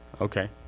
Okay